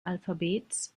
alphabets